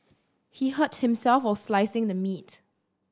he hurt himself while slicing the meat